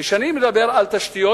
כשאני מדבר על תשתיות,